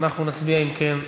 אנחנו נצביע, אם כן,